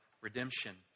redemption